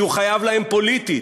שהוא חייב להם פוליטית,